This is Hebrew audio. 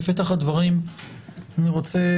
בפתח הדברים אני רוצה,